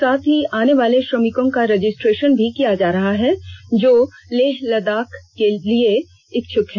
साथ ही आने वाले श्रमिकों का रजिस्ट्रेशन भी किया जा रहा है जो लेह लदादख के लिए जाने के इच्छ्ख हैं